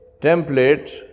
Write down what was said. template